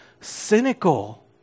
cynical